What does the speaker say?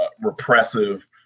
repressive